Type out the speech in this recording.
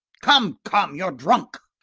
come, come, you're drunk.